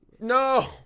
No